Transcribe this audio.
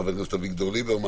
חבר הכנסת אביגדור ליברמן